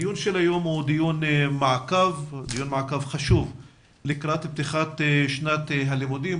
הדיון היום הוא דיון מעקב חשוב לקראת פתיחת שנת הלימודים,